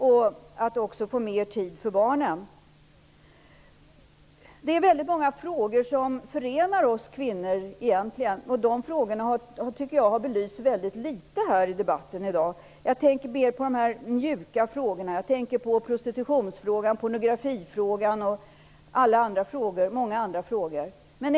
Dessutom får man mera tid för barnen. Egentligen är det väldigt många frågor som förenar oss kvinnor. Men jag tycker att de frågorna har belysts väldigt litet i debatten här i dag. Jag tänker då mera på de mjuka frågorna. Det gäller prostitutionsfrågan, pornografifrågan och många andra frågor.